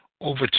over